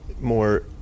more